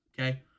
okay